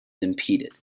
impeded